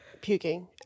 Puking